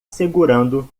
segurando